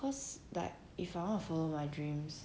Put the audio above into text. cause like if I want to follow my dreams